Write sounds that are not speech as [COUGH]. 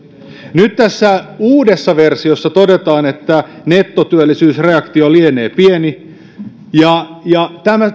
nyt tässä uudessa versiossa todetaan että nettotyöllisyysreaktio lienee pieni ja ja tämä [UNINTELLIGIBLE]